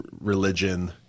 religion